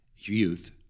youth